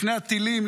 לפני הטילים,